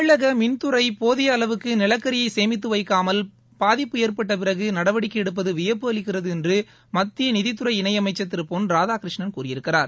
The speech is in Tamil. தமிழக மின்துறை போதிய அளவுக்கு நிலக்கரியை சேமித்து வைக்காமல் பாதிப்பு ஏற்பட்ட பிறகு நடவடிக்கை எடுப்பது வியப்பு அளிக்கிறது என்று மத்திய நிதித்துறை இணை அமைச்ச் திரு பொன் ராதாகிருஷ்ணன் கூறியிருக்கிறார்